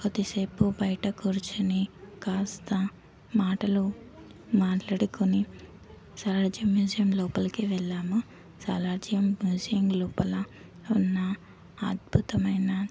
కొద్దిసేపు బయట కూర్చొని కాస్త మాటలు మాట్లాడుకొని సాలార్జంగ్ మ్యూజియం లోపలికి వెళ్ళాము సాలార్జంగ్ మ్యూజియం లోపల ఉన్న అద్భుతమైన